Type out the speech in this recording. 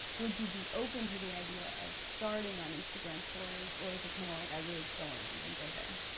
would you be open to the idea, of starting on instagram stories, or is it kinda like, i really just don't wanna even go there?